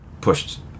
pushed